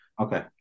okay